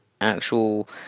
actual